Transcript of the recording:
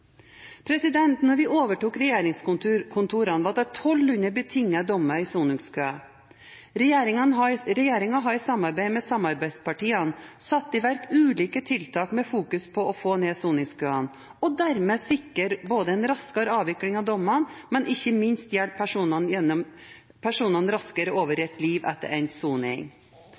vi overtok regjeringskontorene, var det 1 200 betingede dommer i soningskø. Regjeringen har i samarbeid med samarbeidspartiene satt i verk ulike tiltak med fokus på å få ned soningskøene, for dermed å sikre en raskere avvikling av dommene, men ikke minst hjelpe personene raskere over i et liv etter endt soning.